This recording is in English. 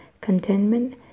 contentment